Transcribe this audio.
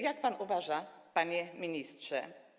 Jak pan uważa, panie ministrze?